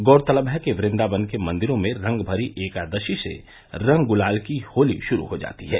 गौरतलब है कि वृंदावन के मंदिरों में रंगमरी एकादशी से रंग गुलाल की होली शुरू हो जाती है